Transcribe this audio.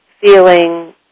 feeling